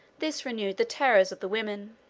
this renewed the terrors of the women.